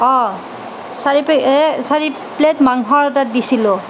অ চাৰিপ্লেট মাংসৰ অৰ্ডাৰ দিছিলোঁ